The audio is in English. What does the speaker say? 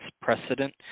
precedent